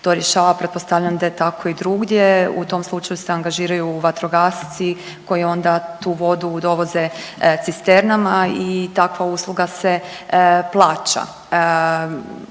to rješava, pretpostavljam da je tako i drugdje, u tom slučaju se angažiraju vatrogasci koji onda tu vodu dovoze cisternama i takva usluga se plaća.